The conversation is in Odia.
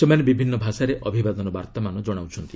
ସେମାନେ ବିଭିନ୍ନ ଭାଷାରେ ଅଭିବାଦନ ବାର୍ତ୍ତାମାନ ଜଣାଉଛନ୍ତି